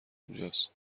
اونجاست